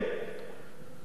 זה שצחקק פה עכשיו,